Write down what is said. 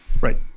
right